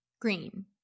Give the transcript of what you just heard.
Green